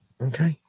Okay